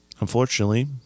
unfortunately